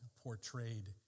portrayed